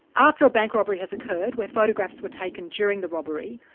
after a bank robbery has occurred, where photographs were taken during the robbery,